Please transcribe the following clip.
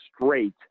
straight